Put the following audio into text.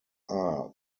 are